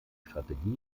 strategie